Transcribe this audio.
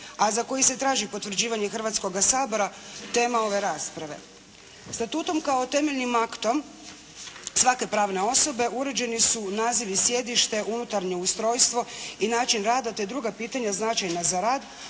a za koji se traži potvrđivanje Hrvatskoga sabora tema ove rasprave. Statutom kao temeljnim aktom svake pravne osobe uređeni su nazivi i sjedište, unutarnje ustrojstvo i način rada, te druga pitanja značajna za rad,